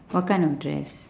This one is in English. what kind of dress